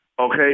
Okay